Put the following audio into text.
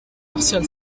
martial